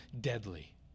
deadly